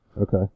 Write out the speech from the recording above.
okay